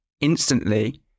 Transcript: instantly